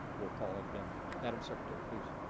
we'll call it again madam secretary, please